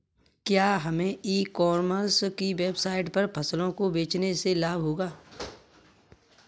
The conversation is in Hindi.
क्या हमें ई कॉमर्स की वेबसाइट पर फसलों को बेचने से लाभ होगा?